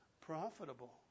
profitable